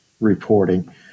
reporting